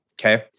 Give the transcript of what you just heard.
okay